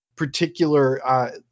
Particular